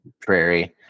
Prairie